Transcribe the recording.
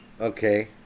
Okay